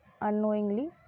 unknowingly